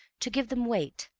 to give them weight,